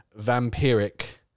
vampiric